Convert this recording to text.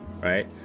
right